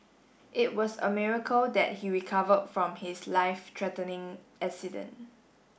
it was a miracle that he recovered from his life threatening accident